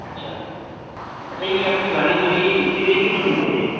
اچھا اچھا یہ آپ کی گاڑی جو ہے یہ اے سی رہے گی نان اے سی رہے گی